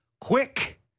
quick